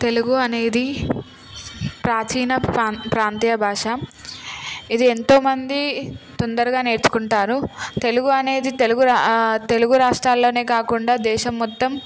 తెలుగు అనేది ప్రాచీన ప్రాం ప్రాంతీయ భాష ఇది ఎంతోమంది తొందరగా నేర్చుకుంటారు తెలుగు అనేది తెలుగు తెలుగు రాష్ట్రాల్లోనే కాకుండా దేశం మొత్తం